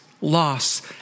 loss